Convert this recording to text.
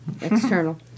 External